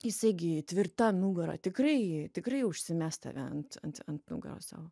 jisai gi tvirta nugara tikrai tikrai užsimes tave ant ant ant nugaros savo